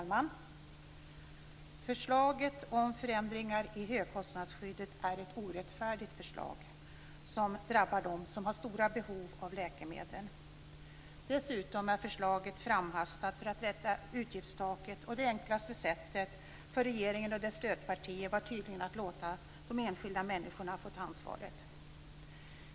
Fru talman! Förslaget om förändringar i högkostnadsskyddet är ett orättfärdigt förslag, som drabbar dem som har stora behov av läkemedel. Dessutom är förslaget framhastat för att rädda utgiftstaket. Det enklaste sättet för regeringen och dess stödpartier var tydligen att låta de enskilda människorna få ta ansvaret.